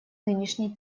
нынешний